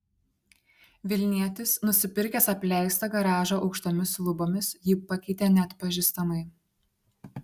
vilnietis nusipirkęs apleistą garažą aukštomis lubomis jį pakeitė neatpažįstamai